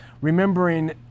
remembering